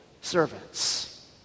servants